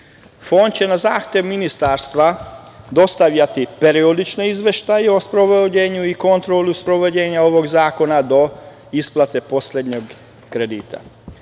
Fond će na zahtev ministarstva dostavljati periodične izveštaje o sprovođenju i kontroli sprovođenja ovog zakona do isplate poslednjeg kredita.